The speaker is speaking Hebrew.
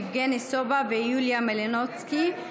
יבגני סובה ויוליה מלינובסקי.